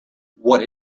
what